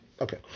Okay